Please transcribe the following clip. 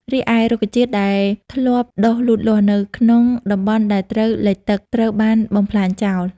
រីឯរុក្ខជាតិដែលធ្លាប់ដុះលូតលាស់នៅក្នុងតំបន់ដែលត្រូវលិចទឹក ត្រូវបានបំផ្លាញចោល។